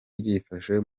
byifashe